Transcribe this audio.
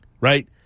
Right